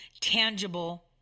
tangible